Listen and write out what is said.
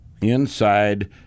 inside